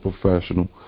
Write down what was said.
professional